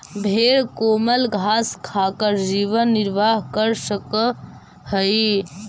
भेंड कोमल घास खाकर जीवन निर्वाह कर सकअ हई